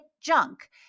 junk